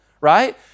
right